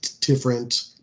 different